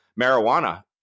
marijuana